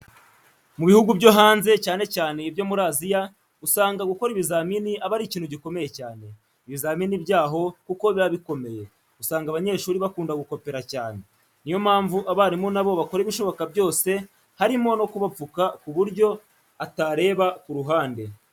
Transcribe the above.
Mu bihugu byo hanze cyane cyane ibyo muri Aziya usanga gukora ibizamini aba ari ikintu gikomeye cyane, ibizamini byaho kuko biba bikomeye, usanga abanyeshuri bakunda gukopera cyane, niyo mpamvu abarimu nabo bakora ibishoboka byose harimo no kubapfuka kuburyo atareba ku ruhande.